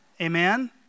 Amen